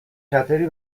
خطری